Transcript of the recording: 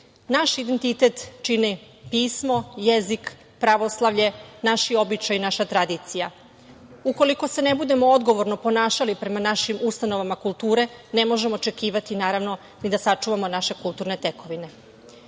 identitet čini pismo, jezik, pravoslavlje, naši običaji, naša tradicija. Ukoliko se ne budemo odgovorno ponašali prema našim ustanovama kulture, ne možemo očekivati ni da sačuvamo naše kulturne tekovine.U